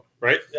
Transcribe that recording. right